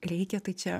reikia tai čia